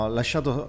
lasciato